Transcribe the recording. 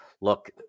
look